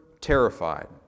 terrified